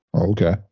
Okay